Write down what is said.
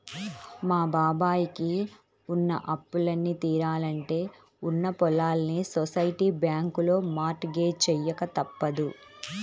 మా బాబాయ్ కి ఉన్న అప్పులన్నీ తీరాలంటే ఉన్న పొలాల్ని సొసైటీ బ్యాంకులో మార్ట్ గేజ్ చెయ్యక తప్పదు